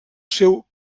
seu